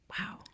wow